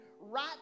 right